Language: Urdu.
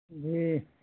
جی